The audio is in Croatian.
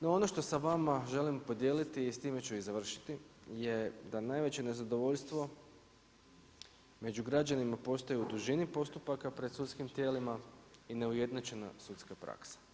No ono što s vama želim podijeliti i s time ću i završiti je da najveće nezadovoljstvo među građanima postoji u dužini postupaka pred sudskim tijelima i neujednačena sudska praksa.